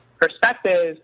perspective